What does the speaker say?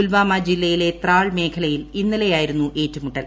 പുൽവാമ ജില്ലയിലെ ത്രാൾ മേഖലയിൽ ഇന്നലെയായിരുന്നു ഏറ്റുമുട്ടൽ